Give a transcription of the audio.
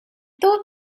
thought